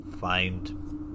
find